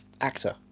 actor